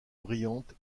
brillante